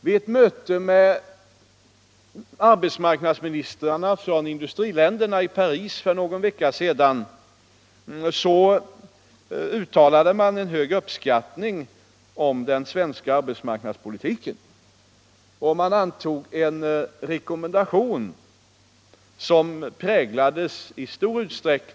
Vid ett möte i Paris för några veckor sedan med arbetsmarknadsministrarna från industriländerna uttalade man sin höga uppskattning av den svenska arbetsmarknadspolitiken och de medel som har varit vägledande för vår politik.